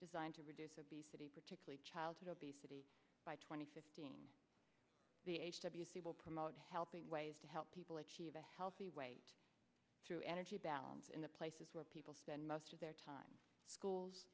designed to reduce obesity particularly childhood obesity by twenty fifteen the h w c will promote healthy ways to help people achieve a healthy weight through energy balance in the places where people spend most of their time schools